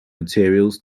materials